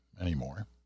anymore